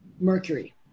mercury